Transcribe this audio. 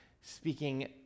speaking